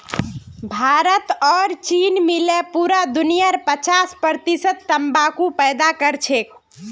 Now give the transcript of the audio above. भारत और चीन मिले पूरा दुनियार पचास प्रतिशत तंबाकू पैदा करछेक